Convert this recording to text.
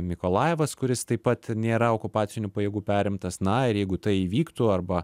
mikolajevas kuris taip pat nėra okupacinių pajėgų perimtas na ir jeigu tai įvyktų arba